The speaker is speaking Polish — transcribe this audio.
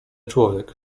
człowiek